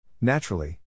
Naturally